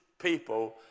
people